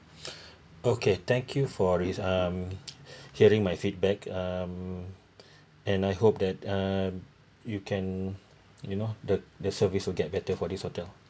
okay thank you for this um hearing my feedback um and I hope that uh you can you know the the service will get better for this hotel